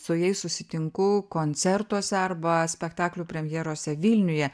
su jais susitinku koncertuose arba spektaklių premjerose vilniuje